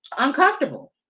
uncomfortable